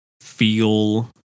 feel